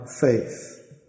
faith